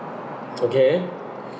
okay